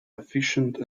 efficient